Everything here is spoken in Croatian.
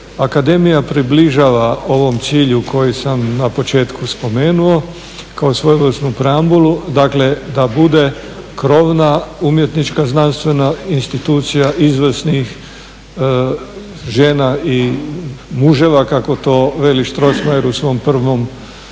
akademija približava ovom cilju koji sam na početku spomenuo kao svojevrsnu preambulu dakle da bude krovna umjetnička, znanstvena institucija izvrsnih žena i muževa kako to veli Strossmayer u svom prvom,